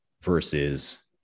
versus